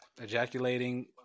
ejaculating